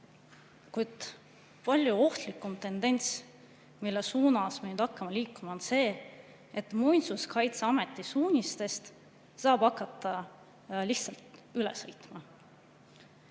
Kuid palju ohtlikum tendents, mille suunas me nüüd hakkame liikuma, on see, et Muinsuskaitseameti suunistest saab hakata lihtsalt üle sõitma.